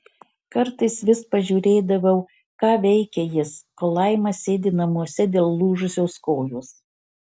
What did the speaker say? kartais vis pažiūrėdavau ką veikia jis kol laima sėdi namuose dėl lūžusios kojos